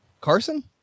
Carson